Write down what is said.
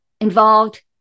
involved